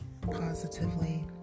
positively